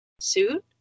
suit